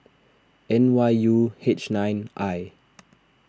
N Y U H nine I